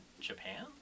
Japan